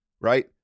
right